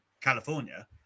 California